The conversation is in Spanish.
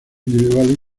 individuales